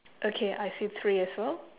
okay I see three as well